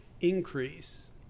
increase